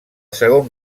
segon